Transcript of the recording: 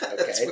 Okay